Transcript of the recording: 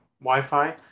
Wi-Fi